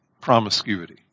promiscuity